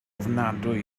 ofnadwy